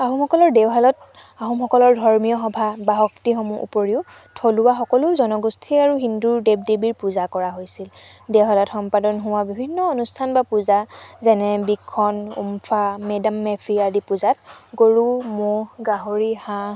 আহোমসকলৰ দেওশালত আহোমসকলৰ ধৰ্মীয়সভা বা শক্তিসমূহ উপৰিও থলুৱা সকলো জনগোষ্ঠী আৰু হিন্দুৰ দেৱ দেৱীৰ পূজা কৰা হৈছিল দেওশালত সম্পাদন হোৱা বিভিন্ন অনুষ্ঠান বা পূজা যেনে বিখন উমফা মেডাম মেফি আদি পূজাত গৰু ম'হ গাহৰি হাঁহ